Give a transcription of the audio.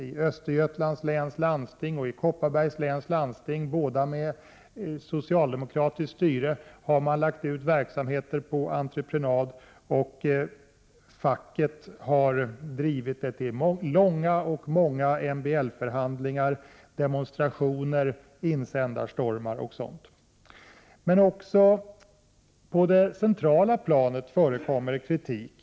I Östergötlands läns landsting och Kopparbergs läns landsting, båda med socialdemokratiskt styre, har man lagt ut verksamheter på entreprenad, och facket har drivit frågan till många och långa MBL-förhandlingar. Det har där och på andra håll förekommit demonstrationer, insändarstormar och liknande protester. Men också på det centrala planet förekommer det kritik.